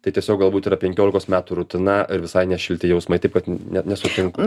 tai tiesiog galbūt yra penkiolikos metų rutina ir visai ne šilti jausmai taip kad ne nesutinku